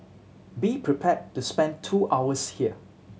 be prepared to spend two hours here